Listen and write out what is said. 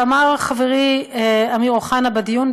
ואמר חברי אמיר אוחנה בדיון,